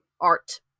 art